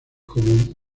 como